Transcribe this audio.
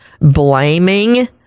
blaming